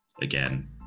again